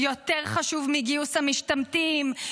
יותר חשוב מגיוס המשתמטים,